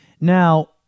Now